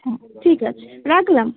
হুম ঠিক আছে রাখলাম